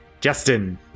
Justin